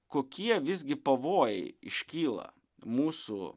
kokie visgi pavojai iškyla mūsų